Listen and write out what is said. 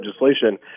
legislation